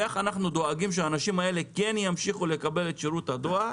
איך אנחנו דואגים שהאנשים האלה ימשיכו לקבל את שירות הדואר